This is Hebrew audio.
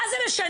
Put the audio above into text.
מה זה משנה?